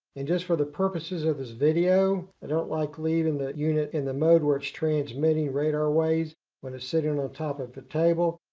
and just for the purposes of this video, i don't like leaving the unit in the mode where it's transmitting radar waves when it's sitting and on top of the table.